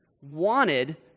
wanted